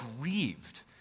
grieved